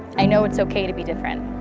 i know it's okay to be different.